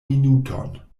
minuton